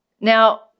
Now